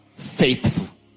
faithful